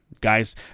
Guys